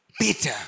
Peter